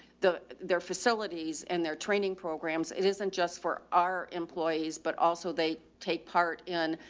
the, their facilities and their training programs. it isn't just for our employees, but also they take part in,